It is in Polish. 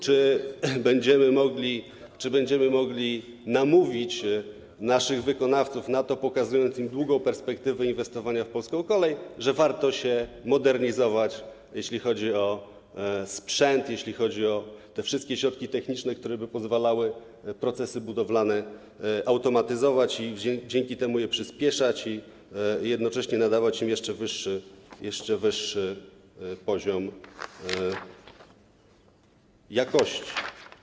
Czy będziemy mogli namówić naszych wykonawców na to, pokazując im długą perspektywę inwestowania w polską kolej, przekonać, że warto się modernizować, jeśli chodzi o sprzęt, jeśli chodzi o te wszystkie środki techniczne, które by pozwalały procesy budowlane automatyzować i dzięki temu je przyspieszać i jednocześnie nadawać im jeszcze wyższy poziom jakości.